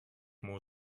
more